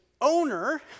owner